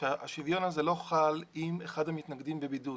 שהשוויון הזה לא חל אם אחד המתנגדים בבידוד.